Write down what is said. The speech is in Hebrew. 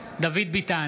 דוד ביטן,